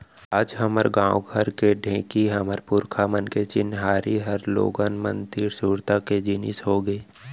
आज हमर गॉंव घर के ढेंकी हमर पुरखा मन के चिन्हारी हर लोगन मन तीर सुरता के जिनिस होगे